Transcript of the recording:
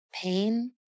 pain